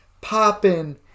popping